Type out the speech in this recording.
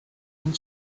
and